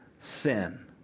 sin